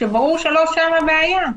כשברור שלא שם הבעיה?